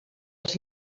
els